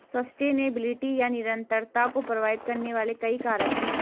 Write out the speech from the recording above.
sustainability या निरंतरता को प्रभावित करने वाले कई कारक हैं